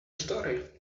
story